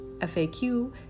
FAQ